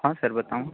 हाँ सर बतावैं